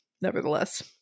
nevertheless